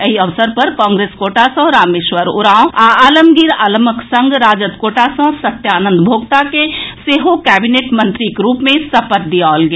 एहि अवसर पर कांग्रेस कोटा सॅ रामेश्वर उरांव आ आलमगीर आलमक संग राजद कोटा सॅ सत्यानंद भोक्ता के सेहो कैबिनेट मंत्रीक रूप मे सपत दियाओल गेल